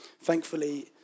Thankfully